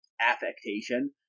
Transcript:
affectation